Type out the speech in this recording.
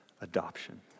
adoption